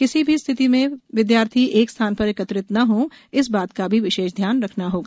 किसी भी स्थिति में विद्यार्थी एक स्थान पर एकत्रित न हों इस बात का भी विशेष ध्यान रखना होगा